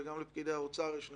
וגם לפקידי האוצר יש נשמה,